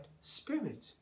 spirit